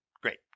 Great